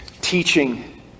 teaching